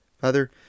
Father